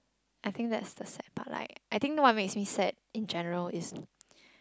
I think that's the sad part like I think what makes me sad in general is